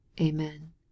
Amen